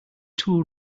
too